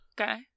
Okay